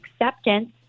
acceptance